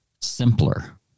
simpler